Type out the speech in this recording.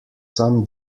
some